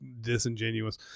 disingenuous